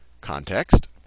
context